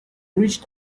reached